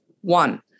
one